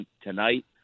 tonight